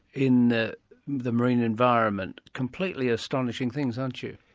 in the the marine environment completely astonishing things, aren't you.